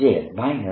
A